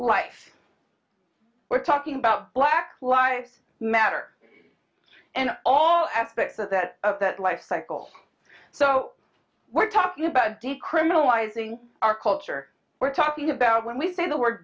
life we're talking about black why matter in all aspects of that that life cycle so we're talking about decriminalizing our culture we're talking about when we say the word